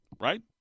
right